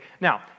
Now